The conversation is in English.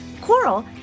Coral